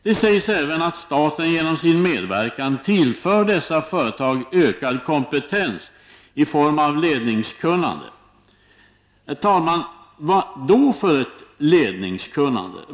Det sägs även att staten genom sin medverkan tillför dessa företag ökad kompetens i form av ledningskunnande. Herr talman, vad då för slags ledningskunnande?